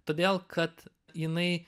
todėl kad jinai